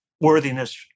worthiness